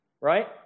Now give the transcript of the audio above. Right